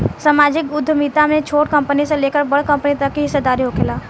सामाजिक उद्यमिता में छोट कंपनी से लेकर बड़ कंपनी तक के हिस्सादारी होखेला